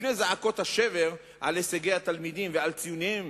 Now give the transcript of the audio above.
לפני זעקות השבר על הישגי התלמידים ועל ציוניהם